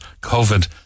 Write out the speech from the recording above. COVID